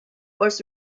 was